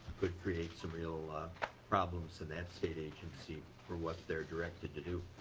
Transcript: could create so real problems in that state agency for what they are directed to do.